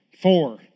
Four